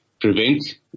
prevent